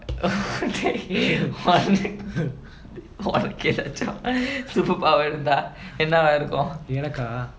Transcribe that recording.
oh okay உனக்கு எதாச்சும்:unakku ethaachum super power இருந்தா என்னவா இருக்கும்:irunthaa ennavaa irukkum